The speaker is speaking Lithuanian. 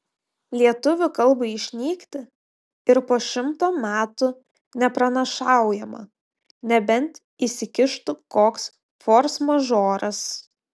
lietuvių kalbai išnykti ir po šimto metų nepranašaujama nebent įsikištų koks forsmažoras